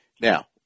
Now